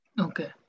Okay